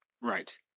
Right